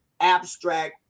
abstract